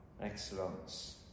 excellence